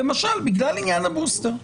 למשל בגלל עניין הבוסטר.